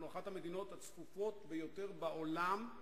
אנחנו אחת המדינות הצפופות ביותר בעולם.